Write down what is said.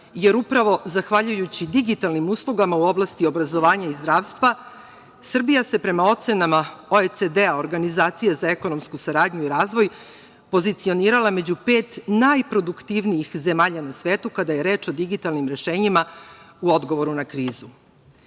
jer upravo zahvaljujući digitalnim uslugama u oblastima obrazovanja i zdravstva Srbija se prema ocenama OECD-a, organizacije za ekonomsku saradnju i razvoj, pozicionirala među pet najproduktivnijih zemalja na svetu kada je reč o digitalnim rešenjima u odgovoru na